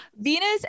Venus